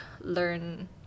learn